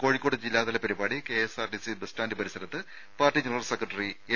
കോഴിക്കോട് ജില്ലാതല പരിപാടി KSRTC bus stand പരിസരത്ത് പാർട്ടി ജനറൽ സെക്രട്ടറി എം